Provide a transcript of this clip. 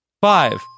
Five